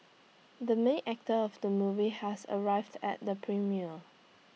the main actor of the movie has arrived at the premiere